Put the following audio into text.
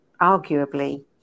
arguably